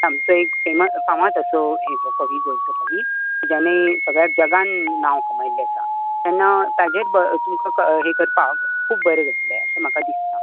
आमचो एक फेमस फामाद असो कवी गोंयचो कवी आनी सगळ्यां जगान नांव कमयल्ले आसा ते्न्ना ताजे तुमकां हे करपाक खूब बरें जातलें अशें म्हाका दिसतां